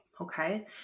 okay